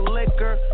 liquor